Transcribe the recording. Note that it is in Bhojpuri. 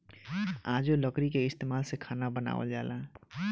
आजो लकड़ी के इस्तमाल से खाना बनावल जाला